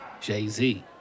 Jay-Z